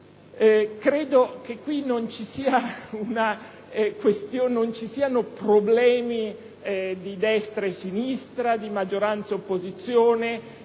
Credo che in proposito non ci siano problemi di destra e sinistra, di maggioranza e opposizione,